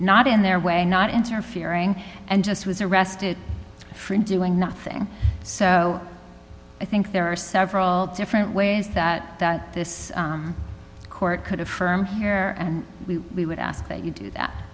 not in their way not interfering and just was arrested for doing nothing so i think there are several different ways that this court could affirm here and we would ask that you do tha